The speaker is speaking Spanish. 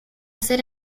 hacer